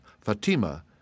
Fatima